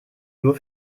nur